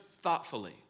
thoughtfully